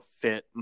fit